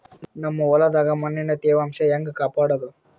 ನಮ್ ಹೊಲದಾಗ ಮಣ್ಣಿನ ತ್ಯಾವಾಂಶ ಹೆಂಗ ಕಾಪಾಡೋದು?